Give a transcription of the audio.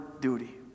duty